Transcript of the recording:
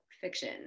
fiction